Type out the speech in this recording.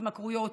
התמכרויות,